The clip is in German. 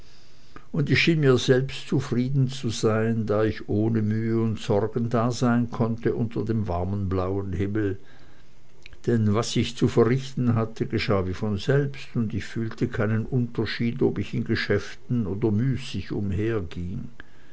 und ich schien mir selbst zufrieden zu sein da ich ohne mühe und sorgen dasein konnte unter dem warmen blauen himmel denn was ich zu verrichten hatte geschah wie von selbst und ich fühlte keinen unterschied ob ich in geschäften oder müßig